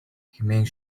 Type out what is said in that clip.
хэмээн